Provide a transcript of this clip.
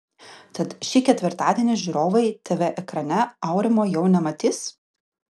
tad šį ketvirtadienį žiūrovai tv ekrane aurimo jau nematys